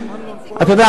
אתה יודע,